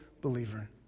believer